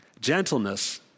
gentleness